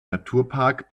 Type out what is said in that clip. naturpark